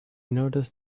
noticed